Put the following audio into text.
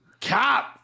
Cop